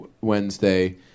Wednesday